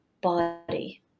body